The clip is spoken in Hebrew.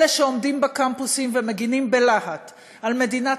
אלה שעומדים בקמפוסים ומגינים בלהט על מדינת